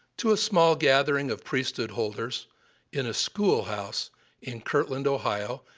to a small gathering of priesthood holders in a schoolhouse in kirtland, ohio,